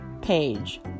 page